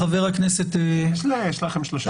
חבר הכנסת --- יש לכם שלושה חברים בוועדה?